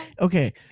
okay